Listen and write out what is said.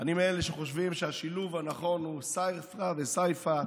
שאני מאלה שחושבים שהשילוב הנכון הוא סיפא וספרא,